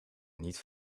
niet